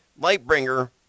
Lightbringer